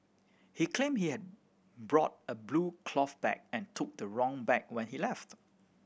he claimed he had brought a blue cloth bag and took the wrong bag when he left